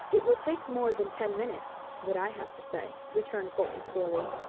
it will take more than ten minutes what i have to say, returned bolton coolly.